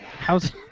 How's